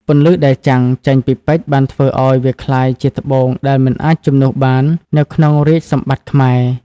ពន្លឺដែលចាំងចេញពីពេជ្របានធ្វើឱ្យវាក្លាយជាត្បូងដែលមិនអាចជំនួសបាននៅក្នុងរាជសម្បត្តិខ្មែរ។